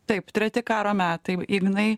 taip treti karo metai ignai